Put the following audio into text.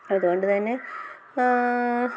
അതുകൊണ്ടു തന്നെ